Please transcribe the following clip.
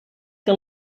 que